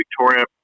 Victoria